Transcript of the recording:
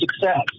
success